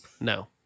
No